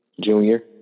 Junior